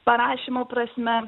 parašymo prasme